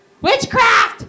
witchcraft